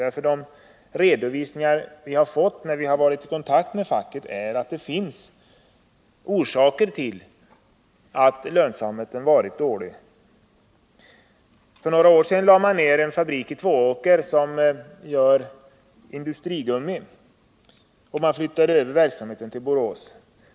Enligt den redovisning som vi har fått vid kontakter med facket finns det orsaker till att lönsamheten har varit dålig. För några år sedan lade man ned en fabrik i Tvååker, som gjorde industrigummi. Man flyttade över verksamheten till Borås.